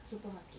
supermarket